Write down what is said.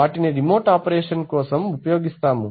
వాటిని remote operation కోసం ఉపయోగిస్తాము